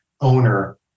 owner